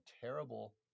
terrible